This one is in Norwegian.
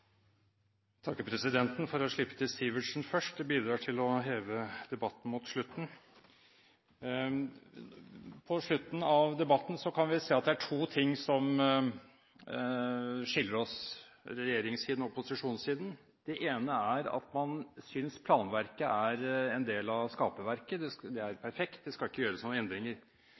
takker presidenten for at han slapp til Sivertsen først. Det bidrar til å heve debatten mot slutten. På slutten av debatten kan vi se at det er to ting som skiller regjeringssiden og opposisjonssiden. Det ene er at regjeringssiden synes planverket er en del av skaperverket – det er perfekt, det skal ikke gjøres noen endringer.